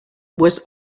was